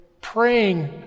Praying